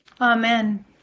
amen